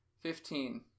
Fifteen